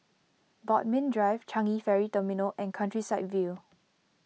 Bodmin Drive Changi Ferry Terminal and Countryside View